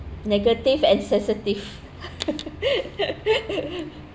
negative and sensitive